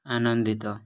ଆନନ୍ଦିତ